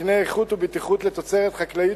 תקני איכות ובטיחות לתוצרת חקלאית